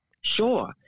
Sure